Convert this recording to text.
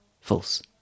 False